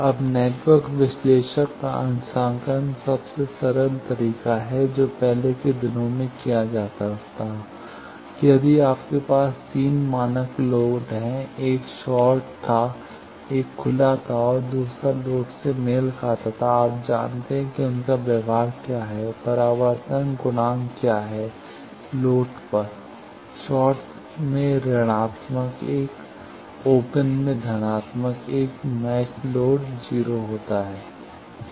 अब नेटवर्क विश्लेषक का अंशांकन सबसे सरल तरीका है जो पहले के दिनों में किया जाता था कि यदि आपके पास 3 मानक लोड हैं एक शॉर्ट था एक खुला था दूसरा लोड से मेल खाता है आप जानते हैं कि उनका व्यवहार क्या है परावर्तन गुणांक क्या है लोड पर शॉर्ट में ऋणात्मक 1 ओपन में धनात्मक 1 मैचेड लोड 0 होगा